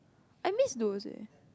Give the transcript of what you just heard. I miss those leh